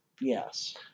Yes